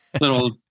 little